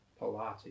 Pilates